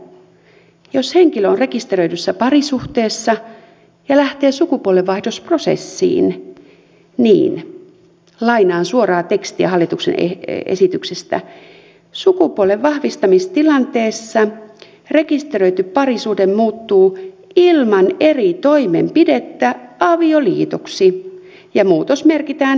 nimittäin jos henkilö on rekisteröidyssä parisuhteessa ja lähtee sukupuolenvaihdosprosessiin niin lainaan suoraa tekstiä hallituksen esityksestä sukupuolen vahvistamistilanteessa rekisteröity parisuhde muuttuu ilman eri toimenpidettä avioliitoksi ja muutos merkitään väestötietojärjestelmään